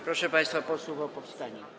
Proszę państwa posłów o powstanie.